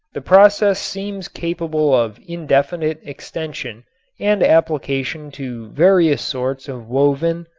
the process seems capable of indefinite extension and application to various sorts of woven,